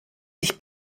sich